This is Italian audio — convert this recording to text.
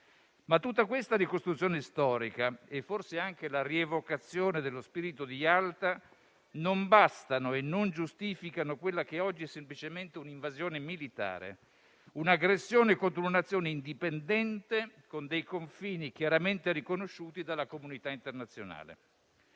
Ma tutta questa ricostruzione storica e forse anche la rievocazione dello spirito di Yalta non bastano e non giustificano quella che oggi è semplicemente un'invasione militare, un'aggressione contro una Nazione indipendente, con dei confini chiaramente riconosciuti dalla comunità internazionale.